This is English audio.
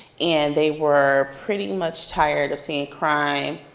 and they were pretty much tired of seeing crime,